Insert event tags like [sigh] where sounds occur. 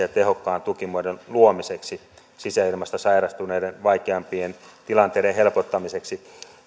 [unintelligible] ja tehokkaan tukimuodon luomiseksi sisäilmasta sairastuneiden vaikeampien tilanteiden helpottamiseksi